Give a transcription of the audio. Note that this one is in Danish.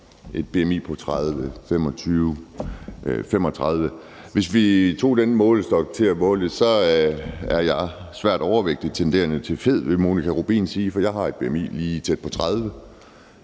et bmi på 25, 30 eller 35. Hvis vi brugte den målestok til at måle det, ville jeg være svært overvægtig tenderende til fed, ville Monika Rubin sige, for jeg har et bmi lige tæt på 30.